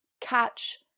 catch